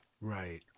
Right